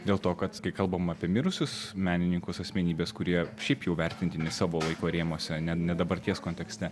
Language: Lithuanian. dėl to kad kai kalbam apie mirusius menininkus asmenybes kurie šiaip jau vertintini savo laiko rėmuose ne ne dabarties kontekste